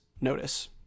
notice